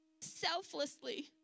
selflessly